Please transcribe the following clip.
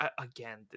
again